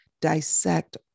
dissect